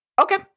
Okay